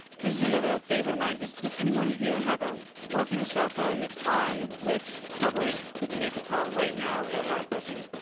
this is another favorite of mine. does does anyone here have a working cell phone that's on, with coverage, who can make a call right now without a lot of fussing?